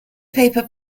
paper